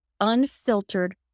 unfiltered